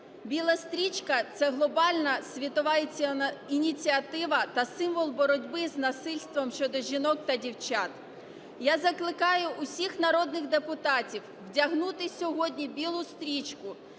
Біла стрічка – це глобальна світова ініціатива та символ боротьбі з насильством щодо жінок та дівчат. Я закликаю всіх народних депутатів вдягнути сьогодні білу стрічку